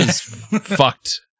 fucked